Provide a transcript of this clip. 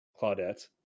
Claudette